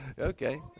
Okay